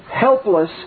helpless